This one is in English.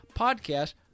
podcast